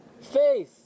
face